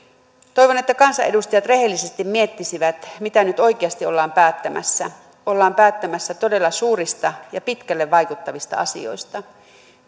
toivon että kansanedustajat rehellisesti miettisivät mitä nyt oikeasti ollaan päättämässä ollaan päättämässä todella suurista ja pitkälle vaikuttavista asioista